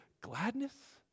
gladness